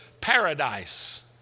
paradise